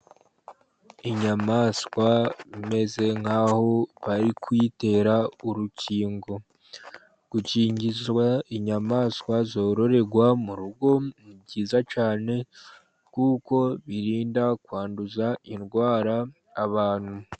Inyamaswa imeze nk'aho bari kuyitera urukingo. Gukingiza inyamaswa zororerwa mu rugo, ni byiza cyane kuko birinda kwanduza indwara abantu.